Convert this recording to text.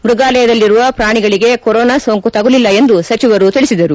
ಮೃಗಾಲಯದಲ್ಲಿರುವ ಪ್ರಾಣಿಗಳಿಗೆ ಕೊರೊನಾ ಸೋಂಕು ತಗುಲಿಲ್ಲ ಎಂದು ಸಚಿವರು ತಿಳಿಸಿದರು